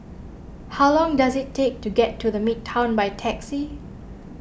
how long does it take to get to the Midtown by taxi